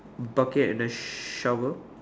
bucket and a shovel